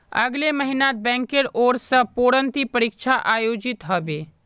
अगले महिनात बैंकेर ओर स प्रोन्नति परीक्षा आयोजित ह बे